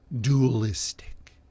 dualistic